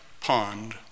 pond